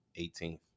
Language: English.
18th